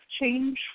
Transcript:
change